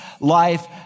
life